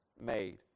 made